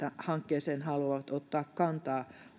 hankkeeseen haluavat ottaa kantaa